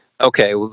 okay